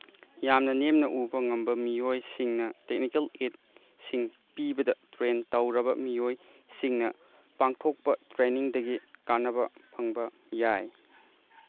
ꯌꯥꯝꯅ ꯅꯦꯝꯅ ꯎꯕ ꯉꯝꯕ ꯃꯤꯑꯣꯏꯁꯤꯡꯅ ꯇꯦꯛꯅꯤꯀꯦꯜ ꯏꯠ ꯁꯤꯡ ꯄꯤꯕꯗ ꯇ꯭ꯔꯦꯟ ꯇꯧꯔꯕ ꯃꯤꯑꯣꯏꯁꯤꯡꯅ ꯄꯥꯡꯊꯣꯛꯄ ꯇ꯭ꯔꯦꯅꯤꯡꯗꯒꯤ ꯀꯥꯅꯕ ꯐꯪꯕ ꯌꯥꯏ